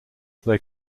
they